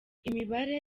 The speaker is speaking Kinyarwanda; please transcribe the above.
imibare